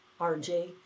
RJ